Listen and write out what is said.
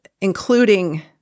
including